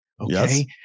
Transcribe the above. okay